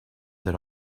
that